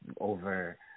over